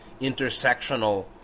intersectional